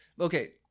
Okay